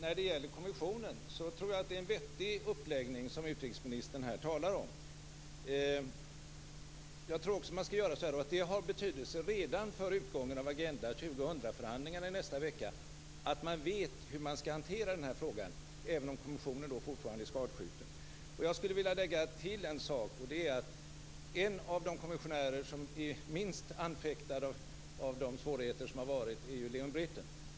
När det gäller kommissionen tror jag att det är en vettig uppläggning som utrikesministern här talar om. Jag tror också att man skall göra så och att det har betydelse redan för utgången av Agenda 2000 förhandlingarna i nästa vecka att man vet hur man skall hantera frågan, även om kommissionen då fortfarande är skadskjuten. Jag skulle vilja lägga till en sak: En av de kommissionärer som är minst anfäktad av de svårigheter som har varit är Leon Brittan.